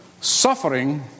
Suffering